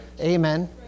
amen